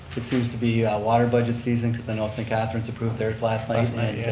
it seems to be water budget season because i know st. catherine's approved theirs last last night. yeah